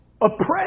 oppress